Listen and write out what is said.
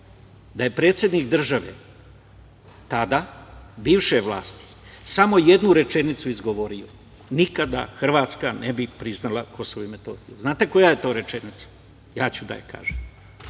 Da je predsednik države tada bivše vlasti samo jednu rečenicu izgovorio, nikada Hrvatska ne bi priznala Kosovo i Metohiju. Znate koja je to rečenica? Ja ću da je kažem.